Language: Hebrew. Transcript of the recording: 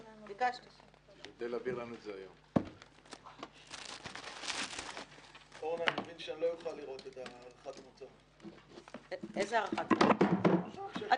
11:05.